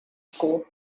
school